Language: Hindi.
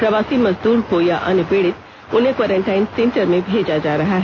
प्रवासी मजदूर हो या अन्य पीड़ित उन्हें क्वारेंटाइन सेंटर में भेजा जा रहा है